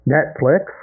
Netflix